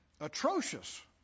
atrocious